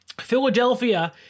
Philadelphia